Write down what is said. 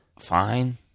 Fine